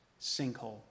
Sinkhole